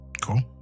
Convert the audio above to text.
Cool